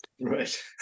Right